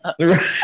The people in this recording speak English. Right